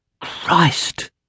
Christ